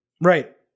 Right